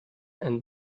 and